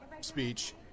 speech